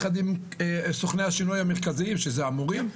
עם סוכני השינוי המרכזיים שהם המורים,